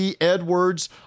Edwards